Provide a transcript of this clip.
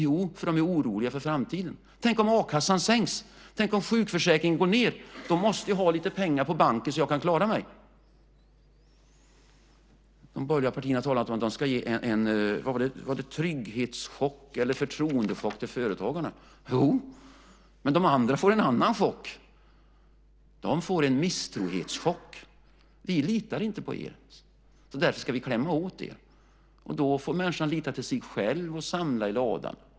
Jo, de är oroliga för framtiden: Tänk om a-kassan sänks, tänk om sjukförsäkringen minskar, då måste jag ha lite pengar på banken så att jag kan klara mig. De borgerliga talade om att de skulle ge en trygghetschock, eller om det var förtroendechock, till företagarna. Men de andra får en annan chock. De får en misstrohetschock: Vi litar inte på er, så därför ska vi klämma åt er. Då får människan lita till sig själv och samla i ladan.